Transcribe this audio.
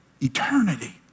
Eternity